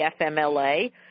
FMLA